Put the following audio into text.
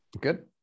good